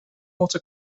water